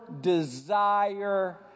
desire